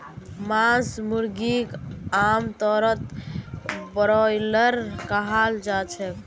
मांस मुर्गीक आमतौरत ब्रॉयलर कहाल जाछेक